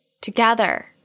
together